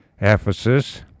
Ephesus